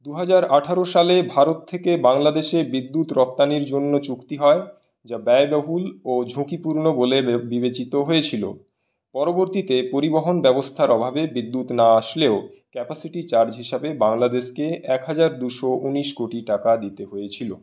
দুহাজার আঠারো সালে ভারত থেকে বাংলাদেশে বিদ্যুৎ রপ্তানির জন্য চুক্তি হয় যা ব্যয়বহুল ও ঝুঁকিপূর্ণ বলে বিবেচিত হয়েছিল পরবর্তীতে পরিবহন ব্যবস্থার অভাবে বিদ্যুৎ না আসলেও ক্যাপাসিটি চার্জ হিসাবে বাংলাদেশকে এক হাজার দুশো উনিশ কোটি টাকা দিতে হয়েছিলো